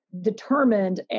determined